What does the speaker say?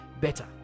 better